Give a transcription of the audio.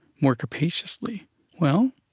more capaciously well,